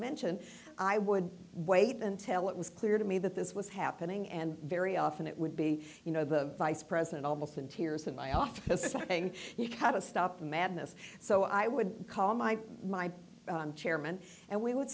mentioned i would wait until it was clear to me that this was happening and very often it would be you know the vice president almost in tears in my office or something you had to stop the madness so i would call my my chairman and we would